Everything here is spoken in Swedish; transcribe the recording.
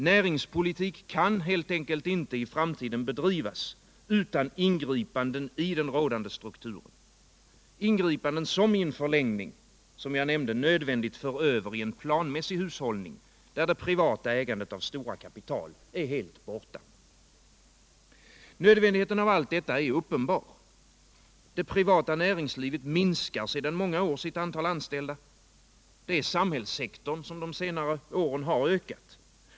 Näringspolitik kan helt enkelt inte i framtiden bedrivas utan ingripanden i den rådande strukturen — ingripanden som i en förlängning, som jag nämnde, nödvändigtvis för över i en planmässig hushållning, där det privata ägandet av stora kapital är helt borta. Nödvändigheten av allt detta är uppenbar. Det privata näringslivet minskar sedan många år sitt antal anställda. Det är samhällssektorn som de senare åren har ökat.